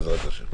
בעזרת השם.